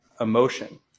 emotion